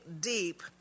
deep